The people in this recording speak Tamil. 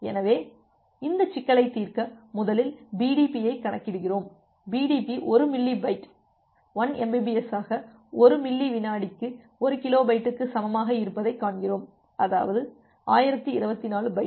எனவே இந்த சிக்கலை தீர்க்க முதலில் பிடிபி ஐ கணக்கிடுகிறோம் பிடிபி 1 மில்லி பைட் 1 Mbps ஆக 1 மில்லி விநாடிக்கு 1 கிலோபைட்டுக்கு சமமாக இருப்பதைக் காண்கிறோம் அதாவது 1024 பைட்